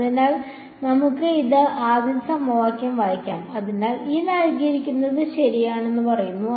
അതിനാൽ നമുക്ക് ആദ്യത്തെ സമവാക്യം വായിക്കാം അതിനാൽ ശരിയാണെന്ന് പറയുന്നു